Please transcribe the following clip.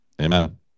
Amen